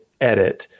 edit